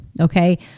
okay